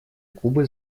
кубы